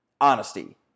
honesty